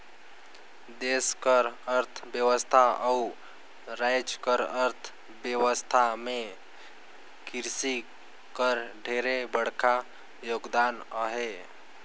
देस कर अर्थबेवस्था अउ राएज कर अर्थबेवस्था में किरसी कर ढेरे बड़खा योगदान अहे